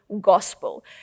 gospel